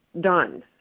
done